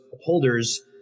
holders